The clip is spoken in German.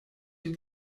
die